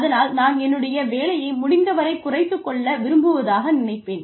அதனால் நான் என்னுடைய வேலையை முடிந்தவரை குறைத்துக் கொள்ள விரும்புவதாக நினைப்பேன்